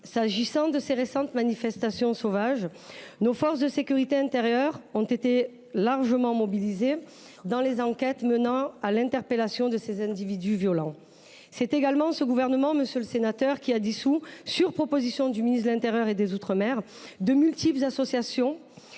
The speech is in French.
l’occasion des récentes manifestations sauvages, nos forces de sécurité intérieure ont été largement mobilisées dans le cadre des enquêtes menant à l’interpellation de ces individus violents. C’est également ce gouvernement, monsieur le sénateur, qui a dissous, sur proposition du ministre de l’intérieur et des outre mer, de multiples associations